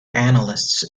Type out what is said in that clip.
analysts